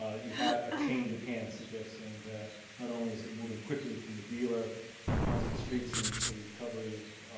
you had a change of hands, suggesting that not only is it moving quickly from the dealer onto the streets and hence the recovery of